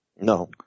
No